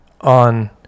On